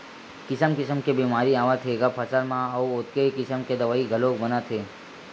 किसम किसम के बेमारी आवत हे ग फसल म अउ ओतके किसम के दवई घलोक बनत हे